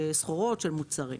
סחורות, של מוצרים.